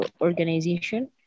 organization